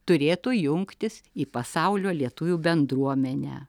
turėtų jungtis į pasaulio lietuvių bendruomenę